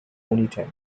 ponytail